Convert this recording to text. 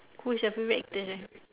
who's your favourite actor